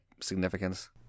significance